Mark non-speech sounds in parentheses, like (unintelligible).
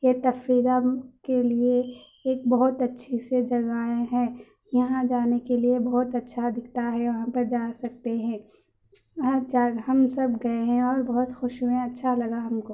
یہ تفریح دم کے لیے ایک بہت اچّھی سی جگہیں ہیں یہاں جانے کے لیے بہت اچّھا دکھتا ہے یہاں پر جا سکتے ہیں وہاں (unintelligible) ہم سب گئے ہیں اور بہت خوش ہوئیں اچّھا لگا ہم کو